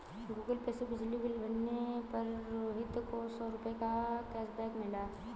Google Pay से बिजली bill भरने पर रोहित को सौ रूपए का कैशबैक मिला